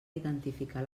identificar